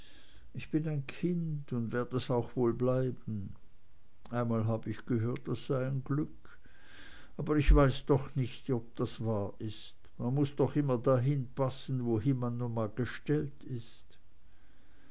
ich bin ein kind und werd es auch wohl bleiben einmal hab ich gehört das sei ein glück aber ich weiß doch nicht ob das wahr ist man muß doch immer dahin passen wohin man nun mal gestellt ist